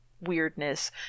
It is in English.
Weirdness